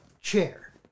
chair